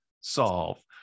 solve